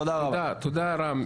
תודה רבה.